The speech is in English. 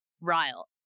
Ryle